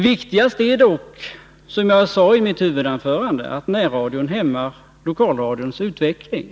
Viktigast är dock, som jag sade i mitt huvudanförande, att närradion hämmar lokalradions utveckling.